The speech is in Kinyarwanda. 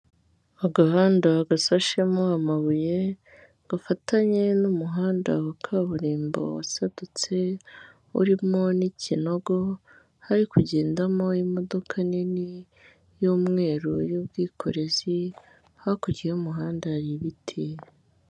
Agahanda gasashemo amabuye gafatanye n'umuhanda wa kaburimbo wasadutse urimo n'ikinogo, hari kugendamo imodoka nini y'umweru y'ubwikorezi, hakurya y'umuhanda hari ibiti.